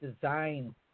design